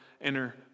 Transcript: enter